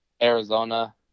Arizona